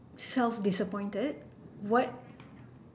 self disappointed what